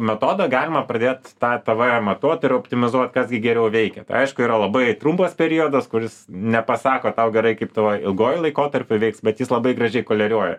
metodą galima pradėt tą tv matuot ir optimizuot kas gi geriau veikia aišku yra labai trumpas periodas kuris nepasako tau gerai kaip tavo ilguoju laikotarpiu veiks bet jis labai gražiai koleriuoja